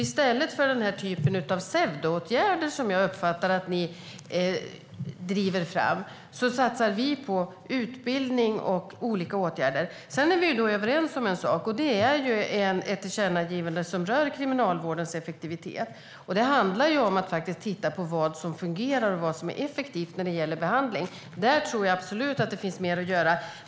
I stället för den här typen av pseudoåtgärder, som jag uppfattar att ni driver fram, satsar vi på utbildning och andra åtgärder. Vi är överens om en sak, nämligen ett tillkännagivande som rör kriminalvårdens effektivitet. Det handlar om att titta på vad som fungerar och vad som är effektivt när det gäller behandling. Där tror jag absolut att det finns mer att göra.